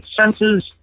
senses